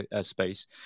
space